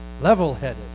level-headed